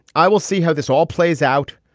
i will see how this all plays out.